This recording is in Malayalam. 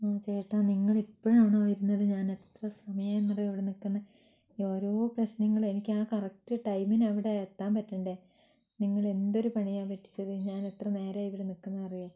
ചേട്ടാ നിങ്ങളിപ്പോഴാണോ വരുന്നത് ഞാനെത്ര സമയമായി എന്നറിയുമോ ഇവിടെ നിൽക്കുന്നത് ഈ ഓരോ പ്രശ്നങ്ങൾ എനിക്ക് ആ കറക്ട് ടൈമിനവിടെ എത്താൻ പറ്റണ്ടെ നിങ്ങൾ എന്തൊരു പണിയാണ് പറ്റിച്ചത് ഞാൻ എത്ര നേരമായി ഇവിടെ നിൽക്കുന്നതെന്ന് അറിയുമോ